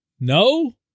No